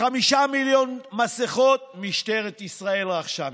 חמישה מיליון מסכות משטרת ישראל רכשה מסין,